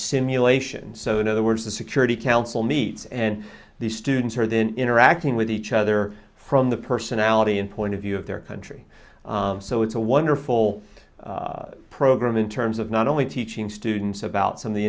simulation so in other words the security council meets and these students are then interacting with each other from the personality and point of view of their country so it's a wonderful program in terms of not only teaching students about some of the